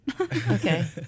okay